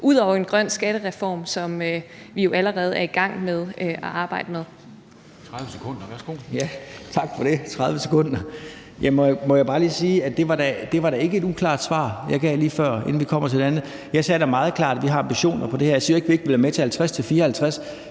ud over en grøn skattereform, som vi jo allerede er i gang med at arbejde med?